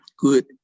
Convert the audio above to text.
good